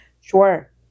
Sure